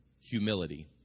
humility